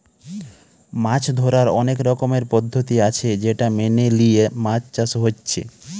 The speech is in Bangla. মাছ ধোরার অনেক রকমের পদ্ধতি আছে সেটা মেনে লিয়ে মাছ চাষ হচ্ছে